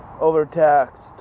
overtaxed